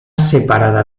separada